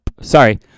Sorry